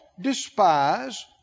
despise